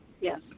Yes